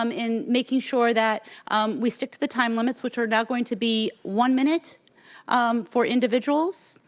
um in making sure that we stick to the time limits, which are now going to be one minute for individuals,